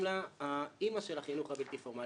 לה האימא של החינוך הבלתי-פורמלי.